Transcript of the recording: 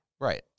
right